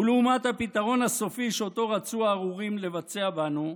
ולעומת הפתרון הסופי שאותו רצו הארורים לבצע בנו,